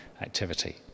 activity